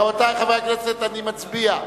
רבותי חברי הכנסת, נצביע: